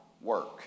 work